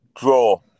Draw